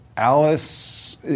Alice